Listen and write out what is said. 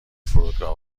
فرودگاه